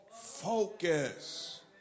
focus